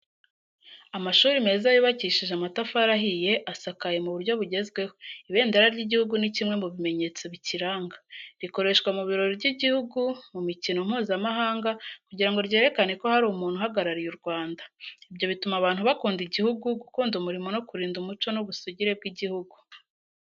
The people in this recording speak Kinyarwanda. Amashuri meza yubakishije amatafari ahiye asakaye mu buryo bugezweho. Ibendera ry'igihugu ni kimwe mu bimenyetso bikiranga. Rikoreshwa mu birori by’igihugu, mu mikino Mpuzamahanga kugira ngo ryerekane ko hari umuntu uhagarariye u Rwanda. Ibyo bituma abantu bakunda igihugu, gukunda umurimo no kurinda umuco n’ubusugire bw’igihugu.